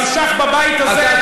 שנמשך בבית הזה.